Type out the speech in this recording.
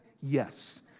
Yes